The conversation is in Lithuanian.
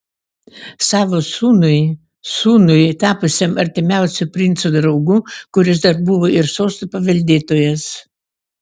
savo sūnui sūnui tapusiam artimiausiu princo draugu kuris dar buvo ir sosto paveldėtojas